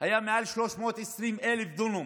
היו מעל 320,000 דונם